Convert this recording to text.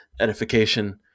edification